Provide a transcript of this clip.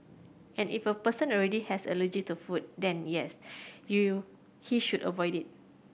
and if a person already has allergy to food then yes you he should avoid it